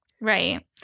Right